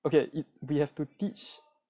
okay it we have to teach